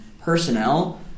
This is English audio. personnel